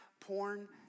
porn